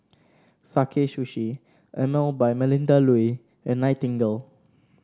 Sakae Sushi Emel by Melinda Looi and Nightingale